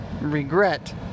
regret